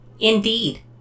Indeed